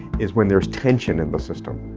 is when there is tension in the system.